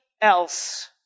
else